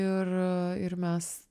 ir ir mes